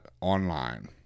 online